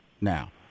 now